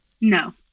No